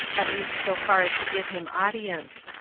at least so far as to give him audience.